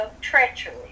treachery